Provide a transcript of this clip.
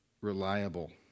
reliable